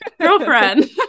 girlfriend